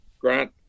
Grant